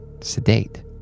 sedate